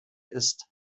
ist